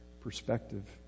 perspective